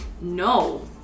no